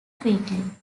quickly